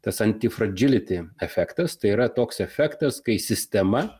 tas antifradžiliti efektas tai yra toks efektas kai sistema